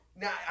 Now